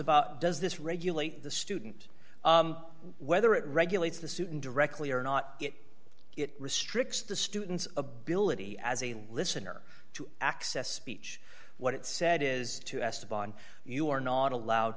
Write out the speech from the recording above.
about does this regulate the student whether it regulates the student directly or not get it restricts the student's ability as a listener to access speech what it said is to esteban you are not allowed